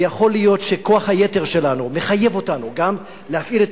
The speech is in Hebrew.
ויכול להיות שכוח היתר שלנו מחייב אותנו גם להפעיל את